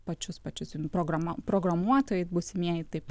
pačius pačius programa programuotojai būsimieji taip